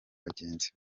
bagenzi